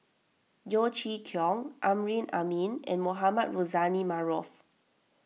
Yeo Chee Kiong Amrin Amin and Mohamed Rozani Maarof